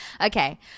Okay